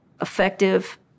effective